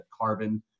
Carbon